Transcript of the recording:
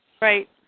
Right